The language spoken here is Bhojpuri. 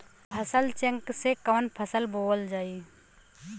फसल चेकं से कवन फसल बोवल जाई?